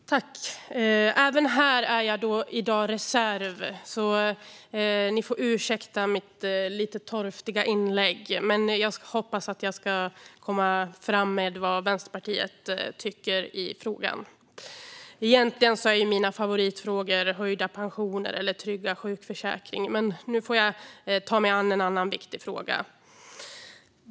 Fru talman! Även i detta ärende är jag i dag reserv, så ni får ursäkta mitt lite torftiga inlägg. Men jag hoppas att jag ska få fram vad Vänsterpartiet tycker i frågan. Egentligen är mina favoritfrågor höjda pensioner eller tryggad sjukförsäkring, men nu får jag ta mig an en annan viktig fråga.